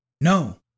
No